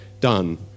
done